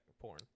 porn